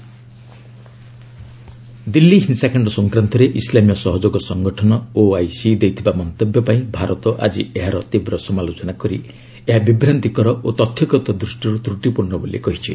MEA OIC Delhi ହିଂସାକାଣ୍ଡ ସଂକ୍ରାନ୍ତରେ ଇସଲାମୀୟ ସହଯୋଗ ସଂଗଠନ ଓଆଇସି ଦେଇଥିବା ମନ୍ତବ୍ୟ ପାଇଁ ଭାରତ ଆଜି ଏହାର ତୀବ୍ର ସମାଲୋଚନା କରି ଏହା ବିଭ୍ରାନ୍ତିକର ଓ ତଥ୍ୟଗତ ଦୃଷ୍ଟିରୁ ତ୍ରୁଟିପୂର୍ଣ୍ଣ ବୋଲି କହିଛି